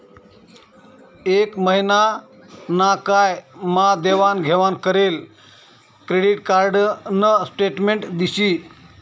एक महिना ना काय मा देवाण घेवाण करेल क्रेडिट कार्ड न स्टेटमेंट दिशी